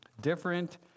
different